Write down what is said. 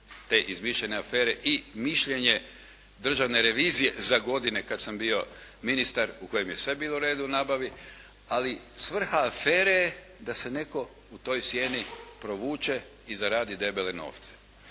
te izmišljene afere i mišljenje Državne revizije za godine kad sam bio ministar u kojem je sve bilo u redu u nabavi. Ali svrha afere je da se netko u toj sjeni provuče i zaradi debele novce.